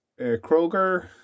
Kroger